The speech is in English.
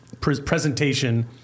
presentation